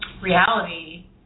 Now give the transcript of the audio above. reality